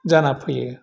जाना फैयो